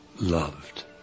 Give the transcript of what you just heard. loved